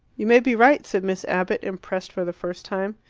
you may be right, said miss abbott, impressed for the first time.